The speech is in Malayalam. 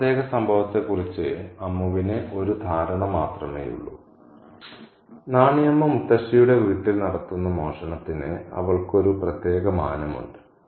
ആ പ്രത്യേക സംഭവത്തെക്കുറിച്ച് അമ്മുവിന് ഒരു ധാരണ മാത്രമേയുള്ളൂ നാണി അമ്മ മുത്തശ്ശിയുടെ വീട്ടിൽ നടത്തുന്ന മോഷണത്തിന് അവൾക്ക് ഒരു പ്രത്യേക മാനമുണ്ട്